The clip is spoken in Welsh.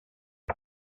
mae